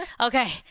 Okay